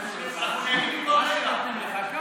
אם נתנו לך,